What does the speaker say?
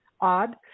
Odd